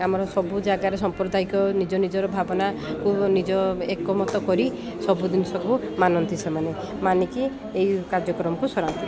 ଆମର ସବୁ ଜାଗାରେ ସାମ୍ପ୍ରଦାୟିକ ନିଜ ନିଜର ଭାବନାକୁ ନିଜ ଏକମତ କରି ସବୁ ଜିନିଷକୁ ମାନନ୍ତି ସେମାନେ ମାନିକି ଏଇ କାର୍ଯ୍ୟକ୍ରମକୁ ସରାନ୍ତି